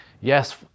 yes